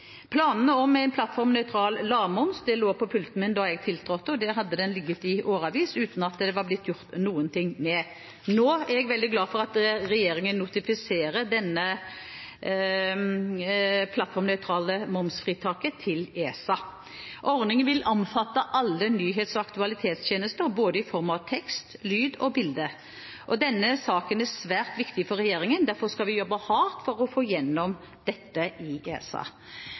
Planene om plattformnøytral lavmoms lå på pulten min da jeg tiltrådte. Der hadde de ligget i årevis, uten at de var blitt gjort noe med. Jeg er veldig glad for at regjeringen nå notifiserer dette plattformnøytrale momsfritaket til ESA. Ordningen vil omfatte alle nyhets- og aktualitetstjenester, både i form av tekst, lyd og bilde. Denne saken er svært viktig for regjeringen. Derfor skal vi jobbe hardt for å få dette gjennom i ESA.